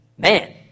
Man